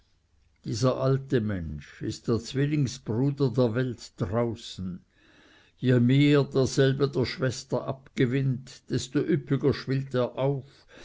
dieser alte mensch ist der zwillingsbruder der welt draußen je mehr derselbe der schwester abgewinnt desto üppiger schwillt er auf